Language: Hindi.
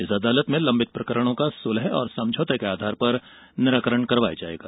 इस अदालत में लंबित प्रकरणों का सुलह और समझौते के आधार पर निराकरण करवाया जाएगा